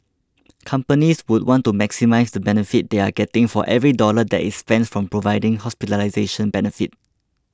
companies would want to maximise the benefit they are getting for every dollar that is spent from providing hospitalisation benefit